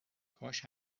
کاش